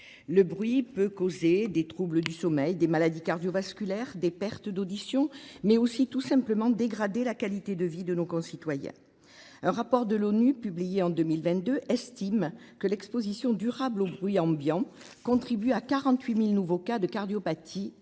Le bruit peut causer des troubles du sommeil, des maladies cardiovasculaires, des pertes d'audition, mais aussi tout simplement dégrader la qualité de vie de nos concitoyens. Un rapport de l'ONU publié en 2022 estime que l'exposition durable au bruit ambiant contribue à 48 000 nouveaux cas de cardiopathie